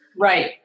Right